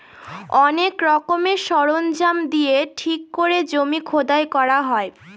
অনেক রকমের সরঞ্জাম দিয়ে ঠিক করে জমি খোদাই করা হয়